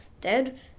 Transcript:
dead